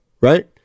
right